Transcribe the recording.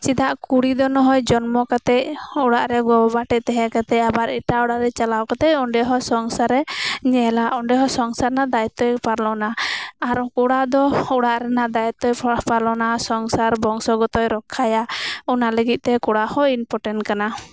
ᱪᱮᱫᱟᱜ ᱠᱩᱲᱤ ᱫᱚ ᱱᱚᱦᱚᱭ ᱡᱚᱱᱢᱚ ᱠᱟᱛᱮᱫ ᱚᱲᱟᱜ ᱨᱮ ᱜᱚ ᱵᱟᱵᱟ ᱴᱷᱮᱡ ᱛᱟᱦᱮᱸ ᱠᱟᱛᱮᱫ ᱟᱵᱟᱨ ᱮᱴᱟᱜ ᱚᱲᱟᱜ ᱨᱮ ᱪᱟᱞᱟᱣ ᱠᱟᱛᱮᱫ ᱟᱵᱟᱨ ᱚᱸᱰᱮᱦᱚᱸ ᱥᱚᱝᱥᱟᱨᱮ ᱧᱮᱞᱟ ᱚᱸᱰᱮᱦᱚᱸ ᱥᱚᱝᱥᱟᱨ ᱨᱮᱱᱟᱜ ᱫᱟᱭᱤᱛᱚᱭ ᱯᱟᱞᱚᱱᱟ ᱟᱨ ᱩᱱᱠᱩ ᱚᱲᱟᱜ ᱫᱚ ᱚᱲᱟᱜ ᱨᱮᱱᱟᱜ ᱫᱟᱭᱤᱛᱚᱭ ᱯᱟᱞᱚᱱᱟ ᱥᱚᱝᱥᱟᱨ ᱵᱚᱝᱥᱚ ᱜᱚᱛᱚᱭ ᱨᱚᱠᱷᱟᱭᱟ ᱚᱱᱟ ᱞᱟᱹᱜᱤᱫ ᱛᱮ ᱠᱚᱲᱟᱦᱚᱸ ᱤᱱᱯᱚᱴᱮᱱ ᱠᱟᱱᱟ